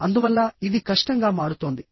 అందువల్ల ఇది కష్టంగా మారుతోంది